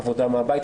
עבודה מהבית,